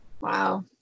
Wow